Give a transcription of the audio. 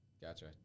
Gotcha